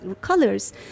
colors